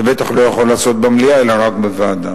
זה בטח לא יוכל להיעשות במליאה, אלא רק בוועדה.